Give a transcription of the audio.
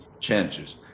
changes